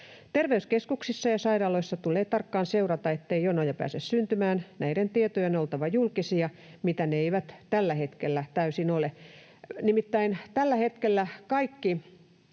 Terveyskeskuksissa ja sairaaloissa tulee tarkkaan seurata, ettei jonoja pääse syntymään. Näiden tietojen on oltava julkisia, mitä ne eivät tällä hetkellä täysin ole.